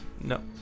no